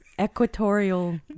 Equatorial